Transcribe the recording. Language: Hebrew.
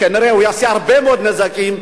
כנראה הוא יעשה הרבה מאוד נזקים,